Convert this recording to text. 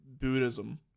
Buddhism